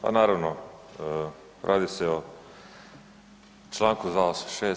Pa naravno radi se o članku 286.